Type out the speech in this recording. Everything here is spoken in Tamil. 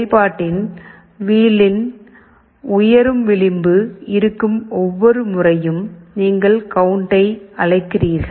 செயல்பாட்டின் வீல் இல் உயரும் விளிம்பு இருக்கும் ஒவ்வொரு முறையும் நீங்கள் கவுண்ட்டை அழைக்கிறீர்கள்